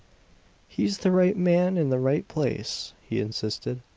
he's the right man in the right place! he insisted.